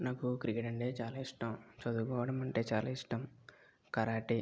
నాకు క్రికెట్ అంటే చాలా ఇష్టం చదువుకోవడం అంటే చాలా ఇష్టం కరాటే